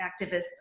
activists